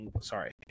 sorry